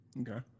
Okay